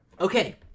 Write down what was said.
Okay